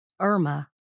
Irma